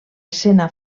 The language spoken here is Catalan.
escena